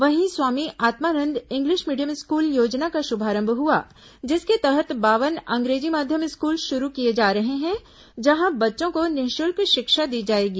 वहीं Swami Atmanand English medium school योजना का शुभारंभ हुआ जिसके तहत बावन अंग्रेजी माध्यम स्कूल शुरू किए जा रहे हैं जहां बच्चों को निःशुल्क शिक्षा दी जाएगी